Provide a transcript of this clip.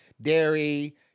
dairy